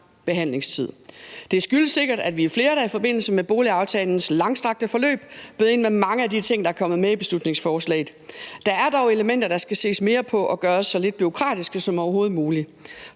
Det skyldes sikkert, at vi er flere, der i forbindelse med boligaftalens langstrakte forløb bød ind med mange af de ting, der er kommet med i beslutningsforslaget. Der er dog elementer, der skal ses mere på og gøres så lidt bureaukratiske som overhovedet muligt.